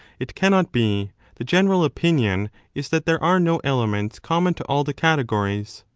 it cannot be the general opinion is that there are no elements common to all the categories.